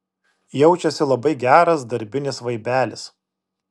jaučiasi labai geras darbinis vaibelis